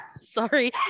sorry